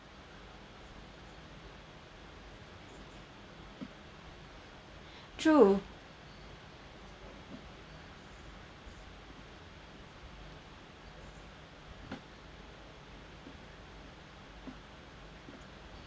true